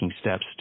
steps